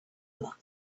luck